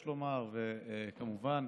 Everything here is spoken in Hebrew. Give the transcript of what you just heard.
גם אותו יש לומר: כמובן,